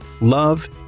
love